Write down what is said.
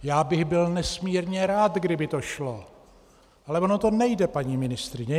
Já bych byl nesmírně rád, kdyby to šlo, ale ono to nejde, paní ministryně.